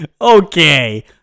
Okay